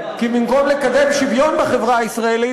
כי במקום לקדם שוויון בחברה הישראלית